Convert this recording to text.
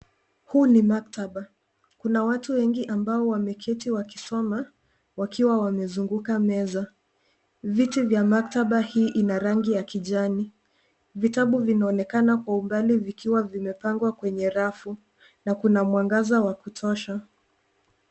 Huu ni maktaba. Kuna watu wengi ambao wameketi wakisoma, wakiwa wamezunguka meza. Viti vya maktaba hii ina rangi ya kijani. Vitabu vinaonekana kwa umbali vikiwa vimepangwa kwenye rafu na kuna mwangaza wa kutosha.